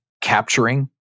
capturing